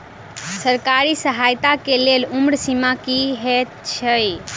सरकारी सहायता केँ लेल उम्र सीमा की हएत छई?